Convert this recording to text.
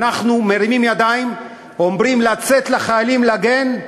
אנחנו מרימים ידיים, אומרים לחיילים לצאת, להגן,